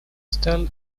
стал